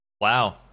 Wow